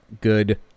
good